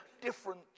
different